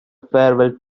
farewell